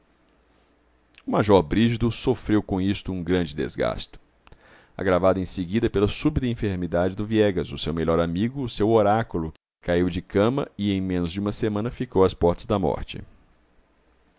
o major erigido sofreu com isto um grande desgasto agravado em seguida pela súbita enfermidade do viegas o seu melhor amigo o seu oráculo que caiu de cama e em menos de uma semana ficou às portas da morte